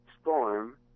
storm